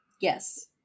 Yes